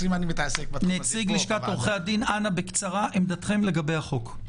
אנא בקצרה עמדתכם לגבי החוק.